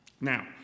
Now